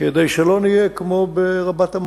כדי שלא נהיה כמו ברבת-עמון,